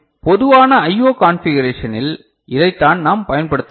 எனவே பொதுவான IO கான்பிகரேஷனில் இதைத்தான் நாம் பயன்படுத்தலாம்